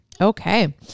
Okay